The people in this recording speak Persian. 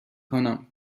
کنم